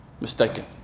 mistaken